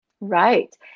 Right